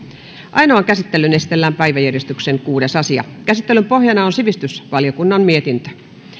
ainoaan käsittelyyn esitellään päiväjärjestyksen kuudes asia käsittelyn pohjana on sivistysvaliokunnan mietintö